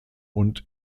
und